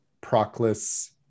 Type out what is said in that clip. Proclus